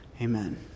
Amen